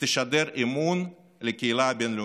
שתשדר אמון לקהילה הבין-לאומית,